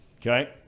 Okay